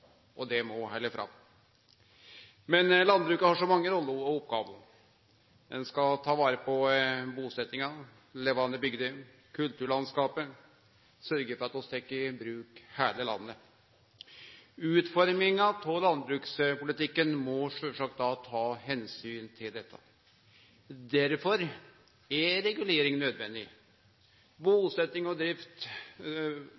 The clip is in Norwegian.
og det må halde fram. Men landbruket har så mange roller og oppgåver. Det skal ta vare på busetjinga, levande bygder og kulturlandskapet – sørgje for at vi tek i bruk heile landet. Utforminga av landbrukspolitikken må sjølvsagt ta omsyn til dette. Derfor er regulering nødvendig,